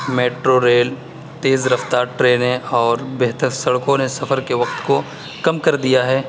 metro rail تیز رفتار ٹرینیں اور بہتر سڑکوں نے سفر کے وقت کو کم کر دیا ہے